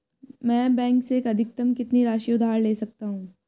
मैं बैंक से अधिकतम कितनी राशि उधार ले सकता हूँ?